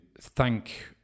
thank